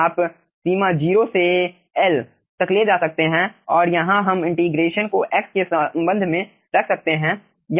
आप सीमा 0 से L तक ले जा सकते हैं और यहां हम इंटीग्रेशन को x के संबंध में रख सकते हैं